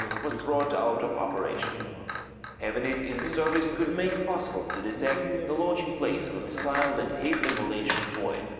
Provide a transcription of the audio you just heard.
was was brought out of operation. but um having it in the service could make possible to detect the launching place of a missile that hit the malaysian boeing.